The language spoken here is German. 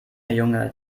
junge